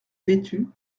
vêtus